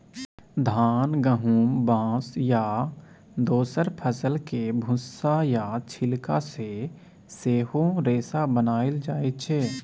धान, गहुम, बाँस आ दोसर फसलक भुस्सा या छिलका सँ सेहो रेशा बनाएल जाइ छै